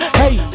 hey